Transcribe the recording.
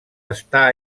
està